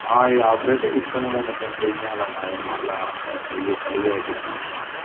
ఇది operating system కూడా మొత్తం చేంజ్ చేయాలన్న అది మరల గలీ గలీజ్ అయిపోయింది మొత్తం